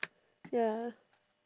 ya